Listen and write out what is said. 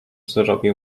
zrobił